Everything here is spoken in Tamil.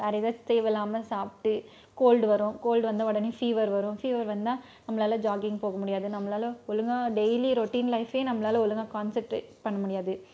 வேற எதாவது தேவை இல்லாமல் சாப்பிட்டு கோல்டு வரும் கோல்டு வந்த உடனே ஃபீவர் வரும் ஃபீவர் வந்தால் நம்மளால ஜாக்கிங் போக முடியாது நம்மளால ஒழுங்காக டெய்லி ரொட்டின் லைஃப்பயே நம்மளால ஒழுங்காக கான்சன்ரேட் பண்ண முடியாது